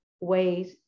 ways